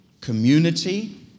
community